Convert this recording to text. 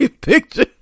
picture